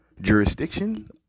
jurisdiction